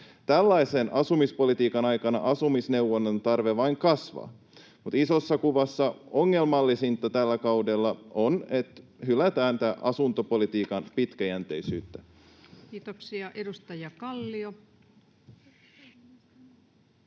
Tällaisen asumispolitiikan aikana asumisneuvonnan tarve vain kasvaa, mutta isossa kuvassa ongelmallisinta tällä kaudella on, että hylätään asuntopolitiikan pitkäjänteisyys. Kiitoksia. — Edustaja Kallio.